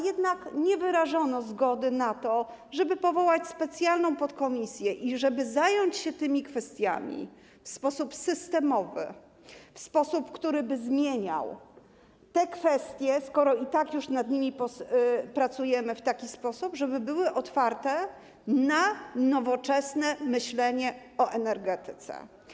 Jednak nie wyrażono zgody na to, żeby powołać specjalną podkomisję i żeby zająć się tymi kwestiami w sposób systemowy, w sposób, który by zmieniał te kwestie, skoro i tak już nad nimi pracujemy, w taki sposób, żeby były otwarte na nowoczesne myślenie o energetyce.